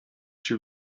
się